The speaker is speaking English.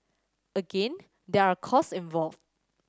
again there are costs involved